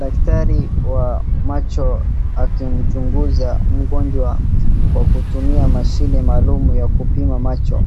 Daktari wa macho akimchunguza mgonjwa kwa kutumia mashine maalum ya kupima macho